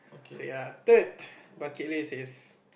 so ya third bucket list